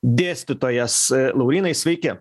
dėstytojas laurynai sveiki